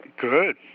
Good